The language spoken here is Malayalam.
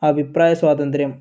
അഭിപ്രായ സ്വാതന്ത്ര്യം